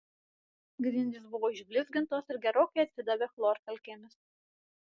grindys buvo išblizgintos ir gerokai atsidavė chlorkalkėmis